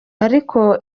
ariko